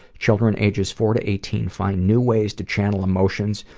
children ages four to eighteen find new ways to channel emotions,